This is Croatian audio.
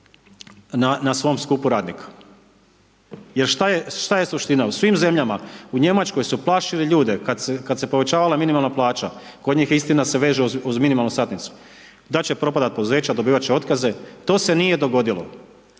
na svom skupu radnika. Jer šta je suština, u svim zemljama, u Njemačkoj su plašili ljude kad se povećavala minimalna plaća, kod njih je istina se veže uz minimalnu satnicu, da će propadati poduzeća, dobivati će otkaze to se nije dogodilo,